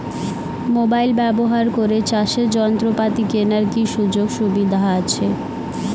Mobile ব্যবহার করে চাষের যন্ত্রপাতি কেনার কি সুযোগ সুবিধা আছে?